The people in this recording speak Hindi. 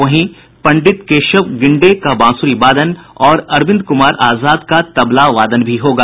वहीं पंडित केशव गिंडे का बांसुरी वादन और अरविंद कुमार आजाद का तबला वादन भी होगा